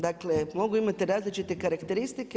Dakle, mogu imati različite karakteristike.